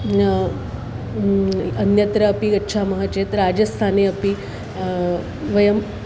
ञ अन्यत्र अपि गच्छामः चेत् राजस्थाने अपि वयम्